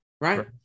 Right